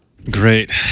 Great